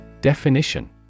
Definition